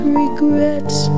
regrets